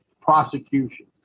prosecution